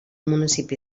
municipi